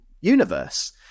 universe